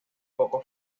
poco